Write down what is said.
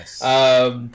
yes